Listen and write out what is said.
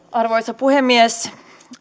arvoisa puhemies